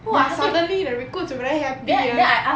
!wah! suddenly the recruits very happy ah